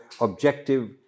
objective